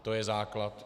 To je základ.